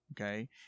Okay